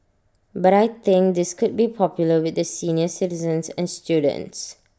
but I think this could be popular with the senior citizens and students